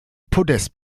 podest